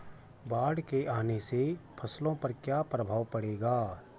बाढ़ के आने से फसलों पर क्या प्रभाव पड़ेगा?